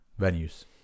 venues